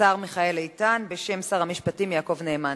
השר מיכאל איתן, בשם שר המשפטים יעקב נאמן.